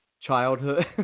childhood